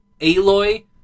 Aloy